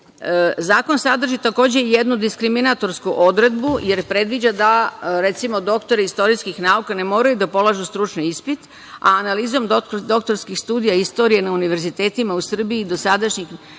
sadrži takođe i jednu diskriminatorsku odredbu, jer predviđa da recimo doktori istorijskih nauka ne moraju da polažu stručni ispit, a analizom doktorskih studija istorije na univerzitetima u Srbiji dosadašnjih